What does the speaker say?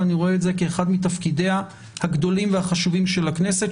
אני רואה את זה כאחד מתפקידיה הגדולים והחשובים של הכנסת,